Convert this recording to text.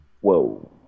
whoa